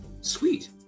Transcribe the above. Sweet